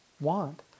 want